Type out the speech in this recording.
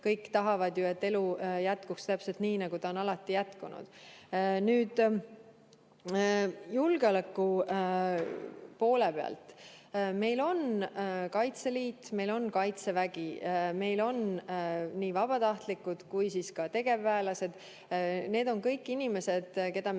Kõik tahavad ju, et elu jätkuks täpselt nii, nagu ta on alati jätkunud. Nüüd julgeoleku poole pealt. Meil on Kaitseliit, meil on Kaitsevägi, meil on nii vabatahtlikud kui ka tegevväelased. Need on kõik inimesed, keda me